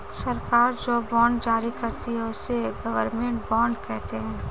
सरकार जो बॉन्ड जारी करती है, उसे गवर्नमेंट बॉन्ड कहते हैं